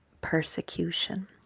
persecution